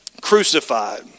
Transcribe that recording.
crucified